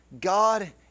God